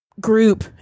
group